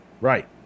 Right